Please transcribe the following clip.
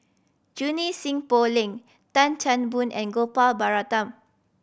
Junie Sng Poh Leng Tan Chan Boon and Gopal Baratham